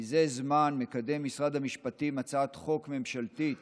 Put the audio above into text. מזה זמן מקדם משרד המשפטים הצעת חוק ממשלתית